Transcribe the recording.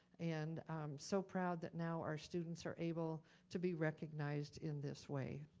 and so proud that now our students are able to be recognized in this way.